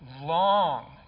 long